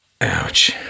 Ouch